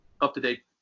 up-to-date